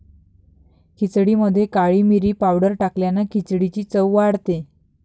खिचडीमध्ये काळी मिरी पावडर टाकल्याने खिचडीची चव वाढते